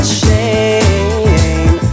shame